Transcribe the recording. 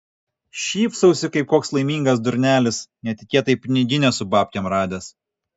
šypsausi kaip koks laimingas durnelis netikėtai piniginę su babkėm radęs